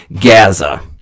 Gaza